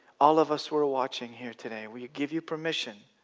all of us who are watching here today, we give you permission